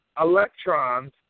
electrons